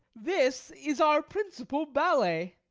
this is our principal ballet.